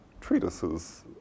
treatises